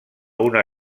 una